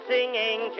Singing